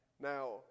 Now